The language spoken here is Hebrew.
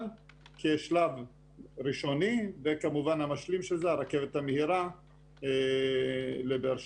כשלב ראשון וכמובן המשלים של זה רכבת מהירה לבאר שבע.